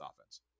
offense